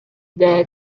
that